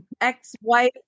ex-wife